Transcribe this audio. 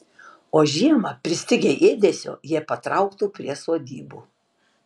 o žiemą pristigę ėdesio jie patrauktų prie sodybų